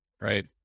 right